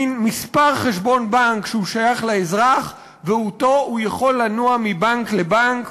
מין מספר חשבון בנק שהוא שייך לאזרח ואתו הוא יכול לנוע מבנק לבנק,